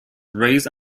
raised